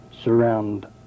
surround